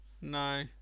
No